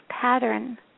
pattern